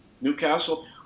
Newcastle